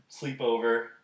sleepover